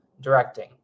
directing